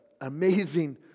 amazing